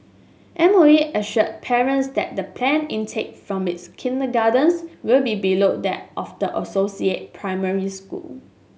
M O E assured parents that the planned intake from its kindergartens will be below that of the associated primary school